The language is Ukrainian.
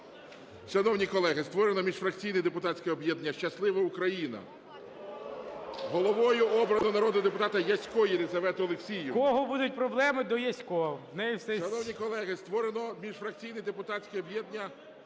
Шановні колеги, створено міжфракційне депутатське об'єднання "Щаслива Україна". Головою обрано народного депутата Ясько Єлизавету Олексіївну.